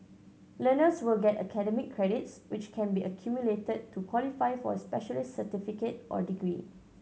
learners will get academic credits which can be accumulated to qualify for a specialist certificate or degree